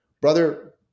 brother